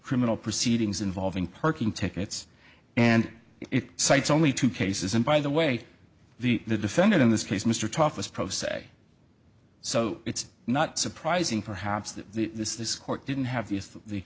criminal proceedings involving parking tickets and it cites only two cases and by the way the the defendant in this case mr tough was pro se so it's not surprising perhaps that this this court didn't have the the the